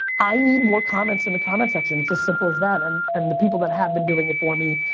i need more comments in the comment section. it's just simple as that. and and the people that have been doing it for me,